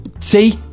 See